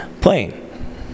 playing